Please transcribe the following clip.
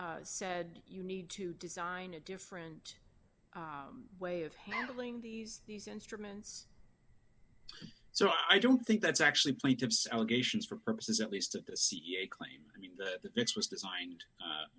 have said you need to design a different way of handling these these instruments so i don't think that's actually plaintiff's allegations for purposes at least at the cea claim that this was designed